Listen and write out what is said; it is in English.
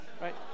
right